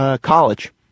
College